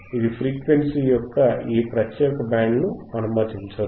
ఇది ఫ్రీక్వెన్సీ యొక్క ఈ ప్రత్యేక బ్యాండ్ ను అనుమతించదు